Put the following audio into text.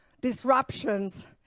disruptions